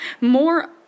More